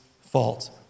fault